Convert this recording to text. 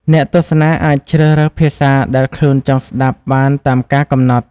អ្នកទស្សនាអាចជ្រើសរើសភាសាដែលខ្លួនចង់ស្តាប់បានតាមការកំណត់។